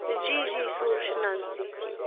جی جی سُہ چھِ نزدیٖکٕے